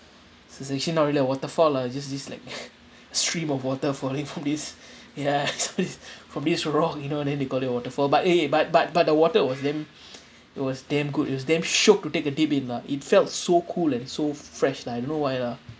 so it's it's actually not really a waterfall lah just this like stream of water falling from this ya so it's from this rock you know then they call it a waterfall but eh but but but the water was damn it was damn good it's damn shook to take a dip in lah it felt so cool and so fresh lah I don't know why lah